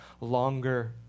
longer